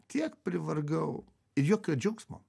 kiek privargau jokio džiaugsmo